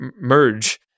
merge